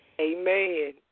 Amen